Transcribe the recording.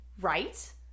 Right